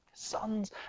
sons